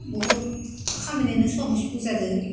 बहुद खामानियानो सहजबो जादों